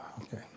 Okay